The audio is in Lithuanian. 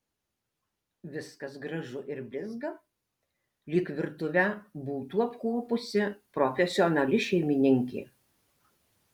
viskas gražu ir blizga lyg virtuvę būtų apkuopusi profesionali šeimininkė